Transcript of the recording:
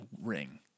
ring